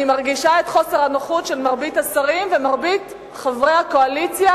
אני מרגישה את חוסר הנוחות של מרבית השרים ומרבית חברי הקואליציה,